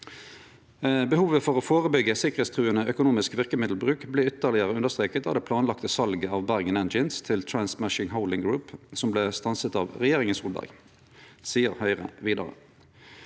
i loven til å forebygge sikkerhetstruende økonomisk virkemiddelbruk ble ytterligere understreket av det planlagte salget av Bergen Engines til Transmashholding Group (TMH), som ble stanset av regjeringen Solberg.» Likevel greidde